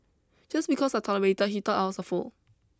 just because I tolerated he thought I was a fool